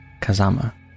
Kazama